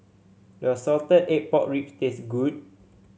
does Salted Egg Pork Ribs taste good